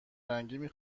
رنگی